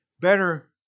better